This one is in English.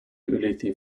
ulithi